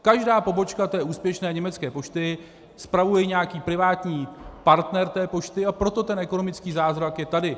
Každá pobočka úspěšné německé pošty, spravuje ji nějaký privátní partner té pošty, a proto ten ekonomický zázrak je tady.